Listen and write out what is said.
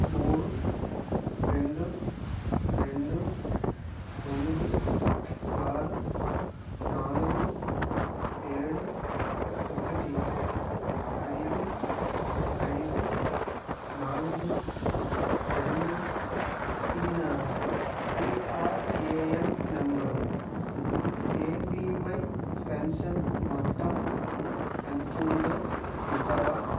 మూడు రెండు రెండు తొమ్మిది ఆరు నాలుగు ఏడు ఒకటి ఐదు ఐదు నాలుగు రెండు ఇది నా పీఆర్ఏఎన్ నెంబరు ఏపీవై పెన్షన్ మొత్తం ఎంత ఉందో చూస్తావా